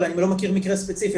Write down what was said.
אני לא מכיר מקרה ספציפי,